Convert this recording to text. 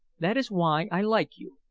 that is why i like you.